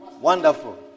Wonderful